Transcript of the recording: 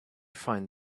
find